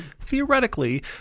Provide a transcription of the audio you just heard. theoretically